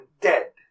dead